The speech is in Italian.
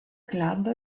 club